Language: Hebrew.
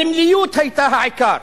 הסמליות היתה העיקר.